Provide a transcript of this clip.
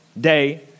day